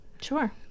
Sure